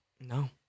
No